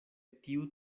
tiu